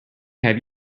have